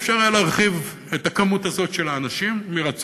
והיה אפשר להרחיב את הכמות הזאת של הפורשים מרצון.